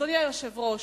אדוני היושב-ראש,